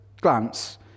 glance